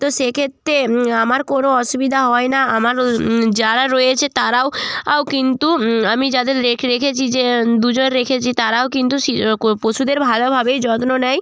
তো সে ক্ষেত্রে আমার কোনো অসুবিধা হয় না আমার যারা রয়েছে তারাও কিন্তু আমি যাদের রেখেছি যে দুজন রেখেছি তারাও কিন্তু পশুদের ভালোভাবেই যত্ন নেয়